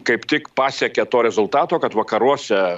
kaip tik pasiekė to rezultato kad vakaruose